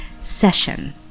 session